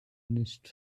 nicht